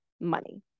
money